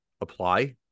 apply